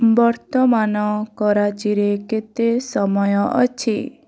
ବର୍ତ୍ତମାନ କରାଚିରେ କେତେ ସମୟ ଅଛି